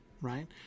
right